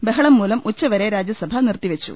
ബഹളം മൂലം ഉച്ചവരെ രാജ്യ സഭ നിർത്തിവെച്ചു